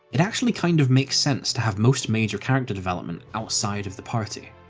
it actually kind of makes sense to have most major character development outside of the party.